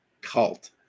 cult